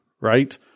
Right